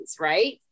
right